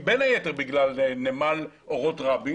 בין היתר בגלל נמל אורות רבין